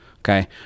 Okay